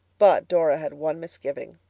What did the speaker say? but dora had one misgiving.